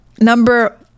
number